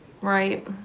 Right